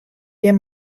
hjir